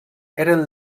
eren